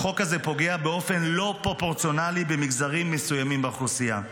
החוק הזה פוגע באופן לא פרופורציונלי במגזרים מסוימים באוכלוסייה.